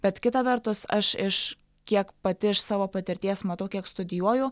bet kita vertus aš iš kiek pati iš savo patirties matau kiek studijuoju